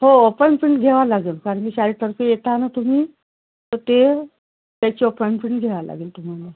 हो अपॉइंटमेंट घ्यावं लागेल कारण की शाळेतर्फे येता ना तुम्ही तर ते त्याची अपॉइंटमेंट घ्यावं लागेल तुम्हाला